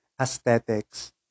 aesthetics